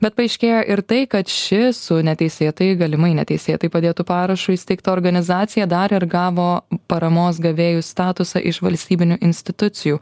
bet paaiškėjo ir tai kad ši su neteisėtai galimai neteisėtai padėtu parašu įsteigta organizacija dar ir gavo paramos gavėjų statusą iš valstybinių institucijų